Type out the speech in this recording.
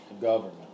government